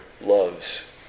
loves